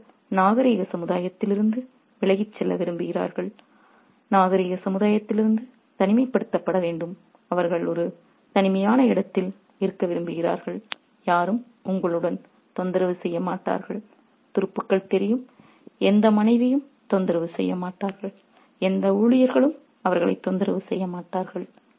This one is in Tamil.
அவர்கள் நாகரிக சமுதாயத்திலிருந்து விலகிச் செல்ல விரும்புகிறார்கள் நாகரிக சமுதாயத்திலிருந்து தனிமைப்படுத்தப்பட வேண்டும் அவர்கள் ஒரு தனிமையான இடத்தில் இருக்க விரும்புகிறார்கள் யாரும் உங்களுடன் தொந்தரவு செய்ய மாட்டார்கள் துருப்புக்கள் தெரியும் எந்த மனைவியும் தொந்தரவு செய்ய மாட்டார்கள் எந்த ஊழியர்களும் அவர்களைத் தொந்தரவு செய்ய மாட்டார்கள்